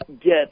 get